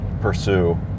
pursue